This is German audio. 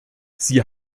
sie